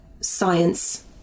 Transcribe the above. science